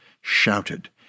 shouted